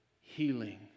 healing